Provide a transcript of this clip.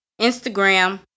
Instagram